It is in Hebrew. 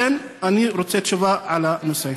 אני רוצה תשובה על הנושא.